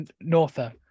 norther